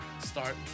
start